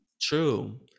true